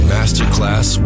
Masterclass